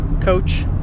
coach